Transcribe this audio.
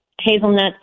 hazelnuts